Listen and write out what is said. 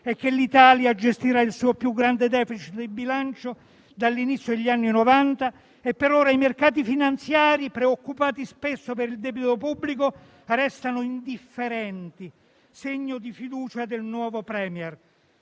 e che l'Italia gestirà il suo più grande *deficit* di bilancio dall'inizio degli anni Novanta e per ora i mercati finanziari, preoccupati spesso per il debito pubblico, restano indifferenti, segno di fiducia nel nuovo *Premier.*